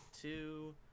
two